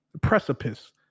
precipice